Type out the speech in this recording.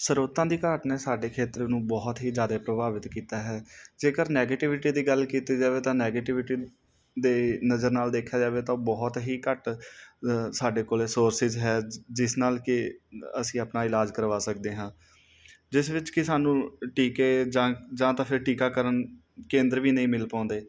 ਸਰੋਤਾਂ ਦੀ ਘਾਟ ਨੇ ਸਾਡੇ ਖੇਤਰ ਨੂੰ ਬਹੁਤ ਹੀ ਜ਼ਿਆਦੇ ਪ੍ਰਭਾਵਿਤ ਕੀਤਾ ਹੈ ਜੇਕਰ ਨੈਗੇਟੀਵਿਟੀ ਦੀ ਗੱਲ ਕੀਤੀ ਜਾਵੇ ਤਾਂ ਨੈਗੇਟਿਵਿਟੀ ਦੇ ਨਜ਼ਰ ਨਾਲ ਦੇਖਿਆ ਜਾਵੇ ਤਾਂ ਉਹ ਬਹੁਤ ਹੀ ਘੱਟ ਸਾਡੇ ਕੋਲ ਸੋਰਸਿਸ ਹੈ ਜਿਸ ਨਾਲ ਕਿ ਅਸੀਂ ਆਪਣਾ ਇਲਾਜ ਕਰਵਾ ਸਕਦੇ ਹਾਂ ਜਿਸ ਵਿੱਚ ਕਿ ਸਾਨੂੰ ਟੀਕੇ ਜਾਂ ਜਾਂ ਤਾਂ ਫੇਰ ਟੀਕਾਕਰਨ ਕੇਂਦਰ ਵੀ ਨਹੀਂ ਮਿਲ ਪਾਉਂਦੇ